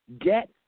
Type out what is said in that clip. Get